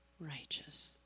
Righteous